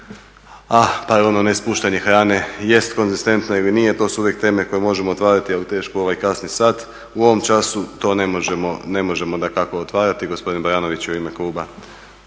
a paralelno nespuštanje hrane jest konzistentno ili nije, to su uvijek teme koje možemo otvarati ali teško u ovaj kasni sat. U ovom času to ne možemo dakako otvarati. Gospodin Baranović u ime kluba